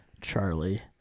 Charlie